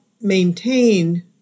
maintain